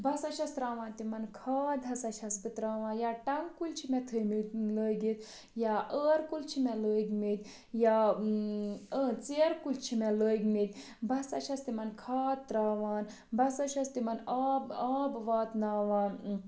بہٕ ہسا چھَس ترٛاوان تِمَن کھاد ہَسا چھَس بہٕ ترٛاوان یا ٹنٛٛگہٕ کُلۍ چھِ مےٚ تھٲومٕتۍ لٲگِتھ یا ٲر کُلۍ چھِ مےٚ لٲگۍمٕتۍ یا ٲر ژیرٕ کُلۍ چھِ مےٚ لٲگۍمٕتۍ بہٕ ہَسا چھَس تِمَن کھاد ترٛاوان بہٕ ہَسا چھَس تِمَن آب آب واتناوان